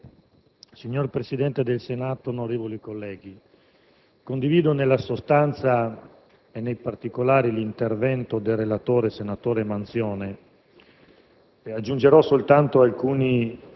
*(Ulivo)*. Signor Presidente del Senato, onorevoli colleghi, condivido nella sostanza e nei particolari l'intervento del relatore, senatore Manzione,